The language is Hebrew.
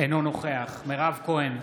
אינו נוכח מירב כהן,